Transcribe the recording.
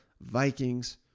Vikings